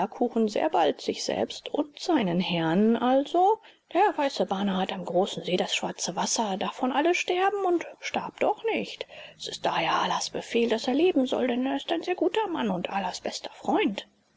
sehr bald sich selbst und seinen herrn also der weiße bana hatte am großen see das schwarze wasser davon alle sterben und starb doch nicht es ist daher allahs befehl daß er leben soll denn er ist ein sehr guter mann und allahs bester freund